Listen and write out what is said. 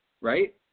right